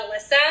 Alyssa